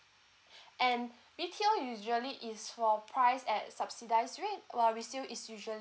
and B_T_O usually is for price at subsidise rate while resale is usually